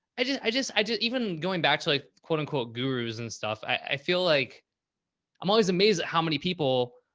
i just, i just, i just even going back to like, quote unquote gurus and stuff, i, i feel like i'm always amazed at how many people.